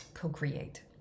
co-create